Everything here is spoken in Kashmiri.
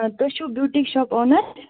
تۄہہِ چھو بیوٹی شاپ اونر